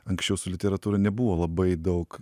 anksčiau su literatūra nebuvo labai daug